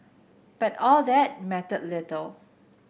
but all that mattered little